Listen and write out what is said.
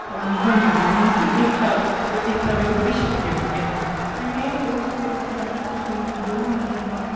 बनी जंदियां यानि कि एकता एकता बिच्च बड़ी शक्ति होंदी ऐ ते में रोज सवेरै उट्ठियै अपने दोस्तें कन्नै दौड़ लान जन्ना होन्नां